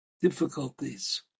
difficulties